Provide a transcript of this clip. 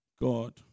God